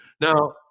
Now